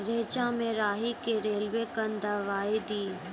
रेचा मे राही के रेलवे कन दवाई दीय?